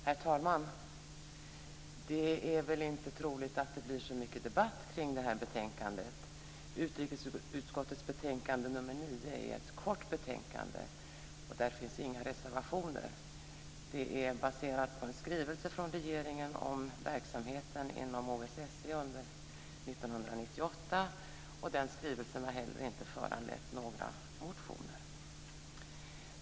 Herr talman! Det är väl inte troligt att det blir så mycket debatt kring det här betänkandet. Utrikesutskottets betänkande nr 9 är kort, och där finns inga reservationer. Det är baserat på en skrivelse från regeringen om verksamheten inom OSSE under 1998, och den skrivelsen har i sin tur inte föranlett några motioner.